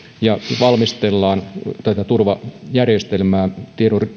ja valmistellaan tätä turvajärjestelmää